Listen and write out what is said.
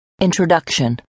Introduction